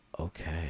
Okay